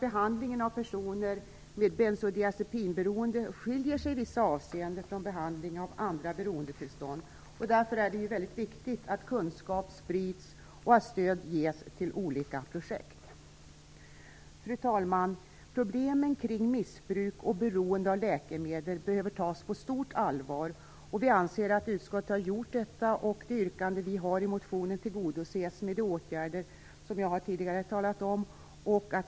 Behandlingen av personer med bensodiazepinberoende skiljer sig i vissa avseenden från behandlingen av andra beroendetillstånd. Därför är det viktigt att kunskap sprids och att stöd ges till olika projekt. Fru talman! Problemen kring missbruk och beroende av läkemedel behöver tas på stort allvar, och vi anser att utskottet har gjort detta och att de yrkanden vi har i motionen tillgodoses med de åtgärder som jag tidigare har talat om.